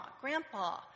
Grandpa